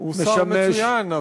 הוא שר מצוין,